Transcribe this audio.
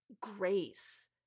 grace